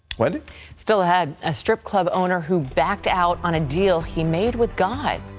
wendy still ahead, a strip club owner who backed out on a deal he made with god.